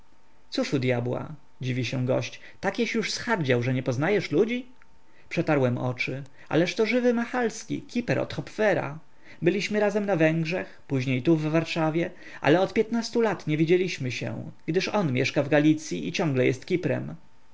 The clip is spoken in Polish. cóż u dyabła dziwi się gość takieś już zhardział że nie poznajesz ludzi przetarłem oczy ależ to żywy machalski kiper od hopfera byliśmy razem na węgrzech później tu w warszawie ale od piętnastu lat nie widzieliśmy się gdyż on mieszka w galicyi i ciągle jest kiprem